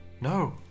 No